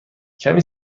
کمی